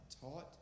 taught